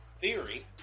theory